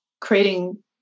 creating